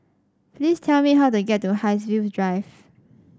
please tell me how to get to Haigsville Drive